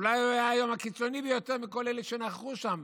אולי הוא היה היום הקיצוני ביותר מכל אלה שנכחו שם,